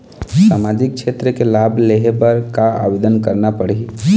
सामाजिक क्षेत्र के लाभ लेहे बर का आवेदन करना पड़ही?